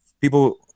People